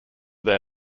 their